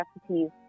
recipes